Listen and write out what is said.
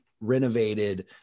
renovated